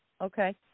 Okay